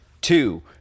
two